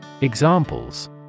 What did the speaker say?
Examples